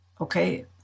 okay